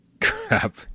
Crap